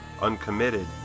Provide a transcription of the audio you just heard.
uncommitted